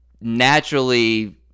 naturally